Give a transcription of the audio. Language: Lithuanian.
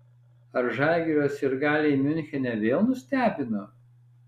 ar žalgirio sirgaliai miunchene vėl nustebino